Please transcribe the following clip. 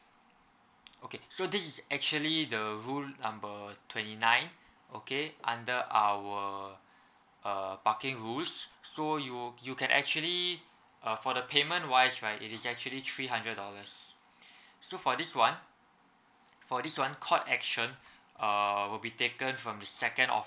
okay so this is actually the rule number twenty nine okay under our uh parking rules so you you can actually uh for the payment wise right it is actually three hundred dollars so for this one for this one court action uh will be taken from the second